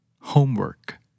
Homework